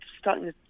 starting